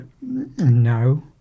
no